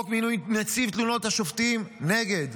חוק מינוי נציב תלונות השופטים, נגד,